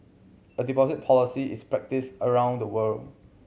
a deposit policy is practised around the world